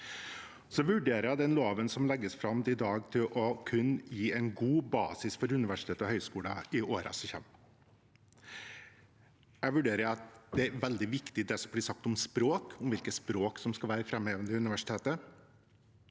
Jeg vurderer den loven som legges fram i dag, til å kunne gi en god basis for universiteter og høyskoler i årene som kommer. Jeg vurderer at det som blir sagt om språk, om hvilke språk som skal være framhevet ved universitetet,